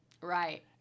Right